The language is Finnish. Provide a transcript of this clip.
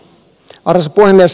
arvoisa puhemies